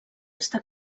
està